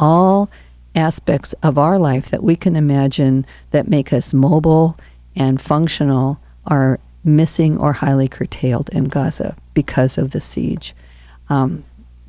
all aspects of our life that we can imagine that make us mobile and functional are missing are highly curtailed and gaza because of the siege